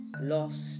lost